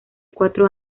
cuatro